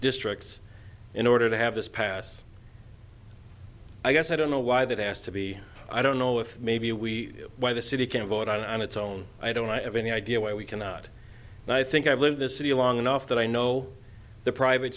districts in order to have this pass i guess i don't know why that has to be i don't know if maybe we why the city can vote on its own i don't have any idea why we cannot now i think i've lived this city long enough that i know the private